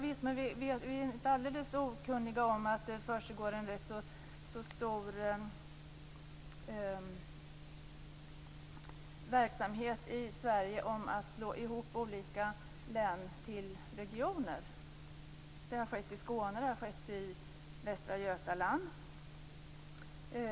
Vi är inte alldeles okunniga om att det försiggår en rätt stor verksamhet i Sverige som går ut på att slå ihop olika län till regioner. Det har skett i Skåne, det har skett i Västra Götaland.